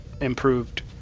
improved